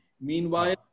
Meanwhile